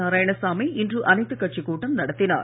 நாராயணசாமி இன்று அனைத்துக் கட்சிக் கூட்டம் நடத்தினார்